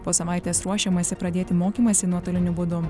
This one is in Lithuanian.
po savaitės ruošiamasi pradėti mokymąsi nuotoliniu būdu